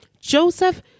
Joseph